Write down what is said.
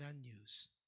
news